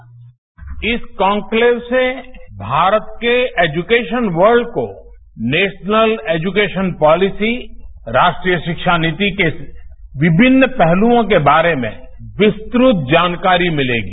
bite PM इस conclave से भारत के एजुकेशन वर्ल्ड को नेशनल एजुकेशन पॉलिशी राष्ट्रीय शिक्षा नीति के इस विभिन्न पहलुओं के बारे में विस्तृत जानकारी मिलेगी